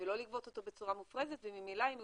ולא לגבות אותו בצורה מופרזת וממילא אם זה